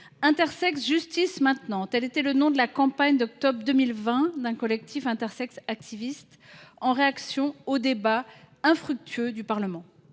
Intersexes : justice, maintenant ! Tel était le nom de la campagne d’octobre 2020 d’un collectif d’activistes, en réaction aux débats infructueux du Parlement.